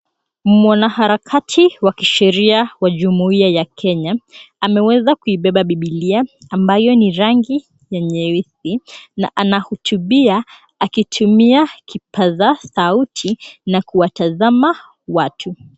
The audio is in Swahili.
Mwanaharakati wa kisheria wa jumuiya ya Kenya ameweza kuibeba bibilia ambayo ni rangi ya nyeusi na anahutubia akitumia kipaza sauti na kuwatazama watu.